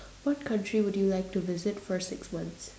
what country would you like to visit for six months